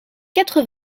quatre